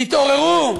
תתעוררו.